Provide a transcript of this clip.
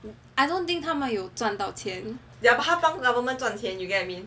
I don't think 他们有赚到钱